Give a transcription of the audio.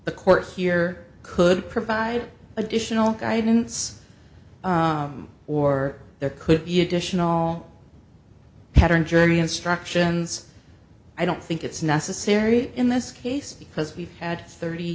the court here could provide additional guidance or there could be additional pattern jury instructions i don't think it's necessary in this case because we've had thirty